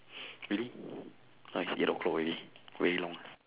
really now is eight O clock already very long